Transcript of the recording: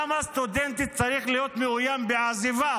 למה סטודנט צריך להיות מאוים בעזיבה